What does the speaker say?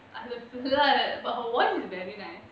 அது:athu but her voice is very nice